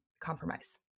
compromise